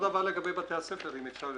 דבר לגבי בתי הספר,